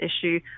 issue